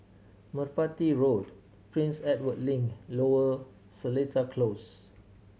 Merpati Road Prince Edward Link Lower Seletar Close